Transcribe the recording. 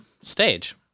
stage